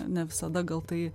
ne visada gal tai